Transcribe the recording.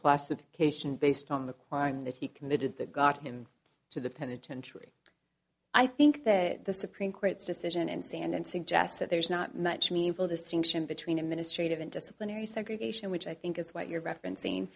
classification based on the crime that he committed that got him to the penitentiary i think that the supreme court's decision in standard suggests that there's not much meaningful distinction between administrative and disciplinary segregation which i think is what you're referencing